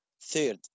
Third